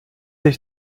ich